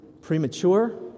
premature